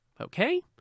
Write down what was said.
Okay